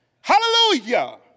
Hallelujah